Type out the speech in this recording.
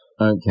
Okay